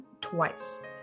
twice